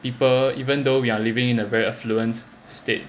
people even though we are living in a very affluent state